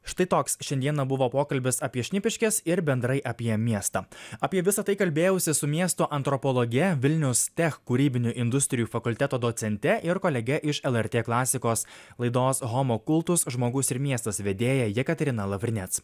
štai toks šiandieną buvo pokalbis apie šnipiškes ir bendrai apie miestą apie visa tai kalbėjausi su miesto antropologe vilnius tech kūrybinių industrijų fakulteto docente ir kolege iš lrt klasikos laidos homo kultus žmogus ir miestas vedėja jekaterina lavrinec